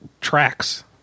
tracks